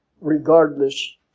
regardless